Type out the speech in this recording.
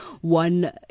one